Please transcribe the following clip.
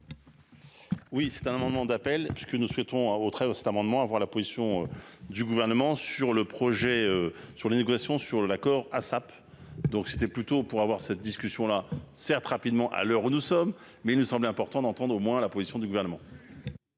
Oui, c'est un moment d'appel. Ce que nous souhaitons a au très haut, cet amendement avant la position du gouvernement sur le projet sur les négociations sur l'accord ASAP. Donc c'était plutôt pour avoir cette discussion-là certes rapidement à l'heure où nous sommes. Mais il nous semble important d'entendre au moins la position du gouvernement.